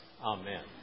amen